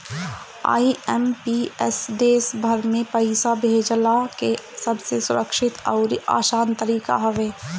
IMPS देस भर में पईसा भेजला के सबसे सुरक्षित अउरी आसान तरीका हवे